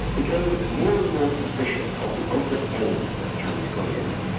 became more and more suspicious of the ultimate aims of the chinese communists.